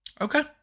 okay